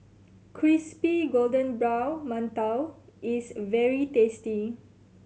crispy golden brown mantou is very tasty